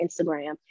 Instagram